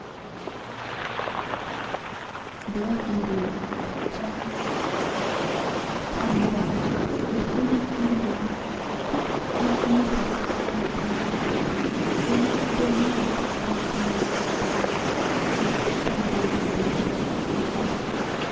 tannenbaum mit grünen fingern pocht ans niedre fensterlein und der mond der stille lauscher wirft sein goldnes licht